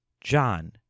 John